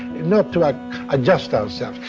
not to adjust ourselves.